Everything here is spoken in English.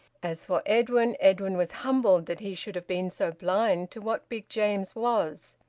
as for edwin, edwin was humbled that he should have been so blind to what big james was.